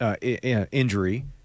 injury